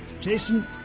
Jason